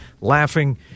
laughing